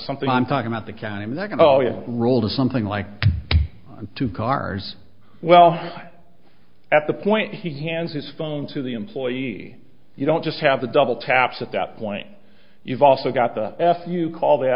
something i'm talking about the can never rule to something like two cars well at the point he hands his phone to the employee you don't just have the double taps at that point you've also got the f you call the